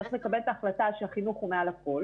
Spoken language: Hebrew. צריך לקבל את ההחלטה שהחינוך הוא מעל הכול